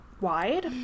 Wide